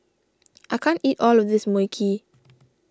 I can't eat all of this Mui Kee